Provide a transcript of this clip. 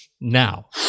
now